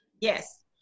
Yes